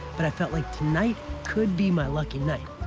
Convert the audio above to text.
but i felt like tonight could be my lucky night.